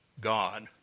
God